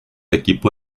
equipo